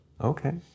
Okay